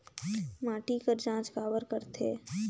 माटी कर जांच काबर करथे?